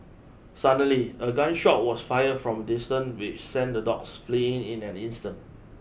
suddenly a gun shot was fired from a distance which sent the dogs fleeing in an instant